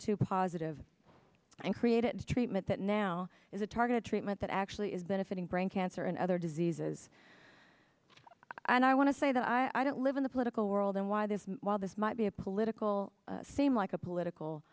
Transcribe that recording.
to positive and created a treatment that now is a targeted treatment that actually is benefiting brain cancer and other diseases and i want to say that i don't live in the political world and why this while this might be a political seem like a political